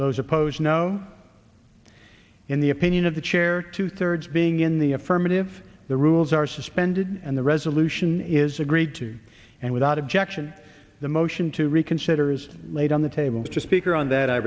those opposed no in the opinion of the chair two thirds being in the affirmative the rules are suspended and the resolution is agreed to and without objection the motion to reconsider is laid on the table to speaker on that i